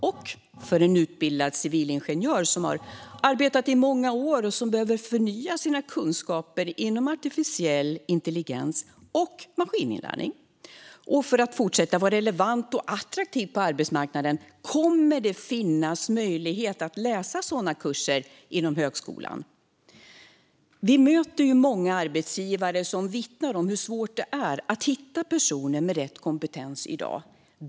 Och för en utbildad civilingenjör som har arbetat i många år och behöver förnya sina kunskaper inom artificiell intelligens och maskininlärning för att fortsätta vara relevant och attraktiv på arbetsmarknaden kommer det att finnas möjlighet att läsa sådana kurser inom högskolan. Vi möter många arbetsgivare som vittnar om hur svårt det är att hitta personer med rätt kompetens i dag.